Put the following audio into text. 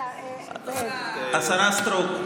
השרה סטרוק,